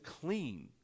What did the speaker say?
clean